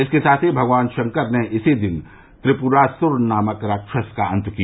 इसके साथ ही भगवान शंकर ने इसी दिन त्रिपुरासुर नामक राक्षस का अंत किया